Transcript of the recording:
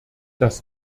das